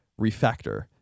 Refactor